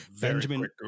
Benjamin